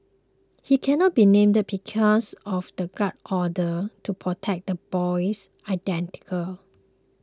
he cannot be named because of the gag order to protect the boy's identical